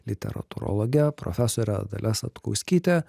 literatūrologe profesore dalia satkauskyte